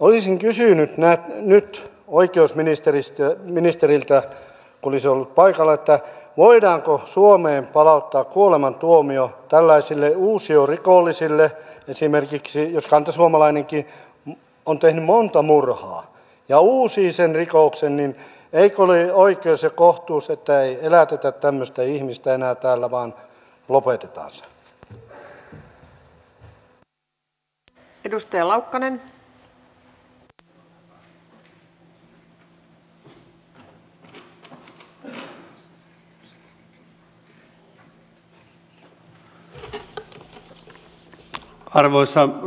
olisin kysynyt nyt oikeusministeristä ministeriltä olisi ollut paikalla että voidaanko suomeen meidän ei pidä katsoa digitalisaatiota ensisijaisesti järjestelmän näkökulmasta vaan meidän pitää katsoa sitä kansalaisnäkökulmasta eli tehdä mahdollisimman helposti käytettäviä järjestelmiä joilla ihmiset voivat toteuttaa niitä sähköisiä palveluita myös täällä julkisten palveluitten puolella